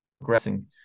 progressing